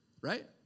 Right